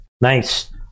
Nice